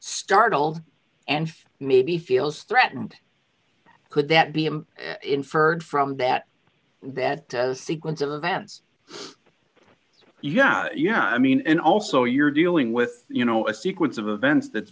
startled and maybe feels threatened could that be him inferred from that that sequence of events yeah yeah i mean and also you're dealing with you know a sequence of events that